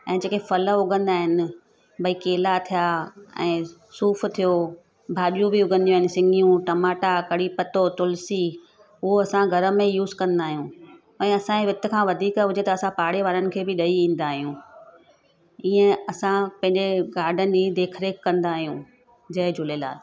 ऐं जेके फल उॻंदा आहिनि भाई केला थिया ऐं सूफ़ थियो भाॼियूं बि उॻंदियूं आहिनि सिंगियूं टमाटा कढ़ी पत्तो तुलसी उहो असां घर में यूस कंदा आहियूं ऐं असांजे वृत खां वधीक हुजे त असां पाड़े वारनि खे बि ॾेई ईंदा आहियूं ईअं असां पंहिंजे गार्डन जी देख रेख कंदा आहियूं जय झूलेलाल